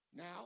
now